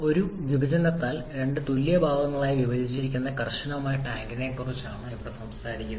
ഒരു വിഭജനത്താൽ രണ്ട് തുല്യ ഭാഗങ്ങളായി വിഭജിച്ചിരിക്കുന്ന കർക്കശമായ ടാങ്കിനെക്കുറിച്ചാണ് നിങ്ങൾ ഇവിടെ സംസാരിക്കുന്നത്